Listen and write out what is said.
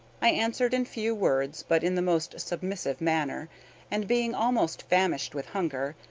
i answered in few words, but in the most submissive manner and, being almost famished with hunger,